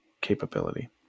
capability